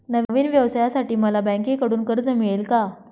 नवीन व्यवसायासाठी मला बँकेकडून कर्ज मिळेल का?